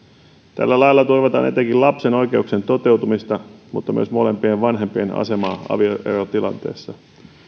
tällä lailla turvataan etenkin lapsen oikeuksien toteutumista mutta myös molempien vanhempien asemaa avioerotilanteessa